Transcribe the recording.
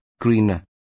greener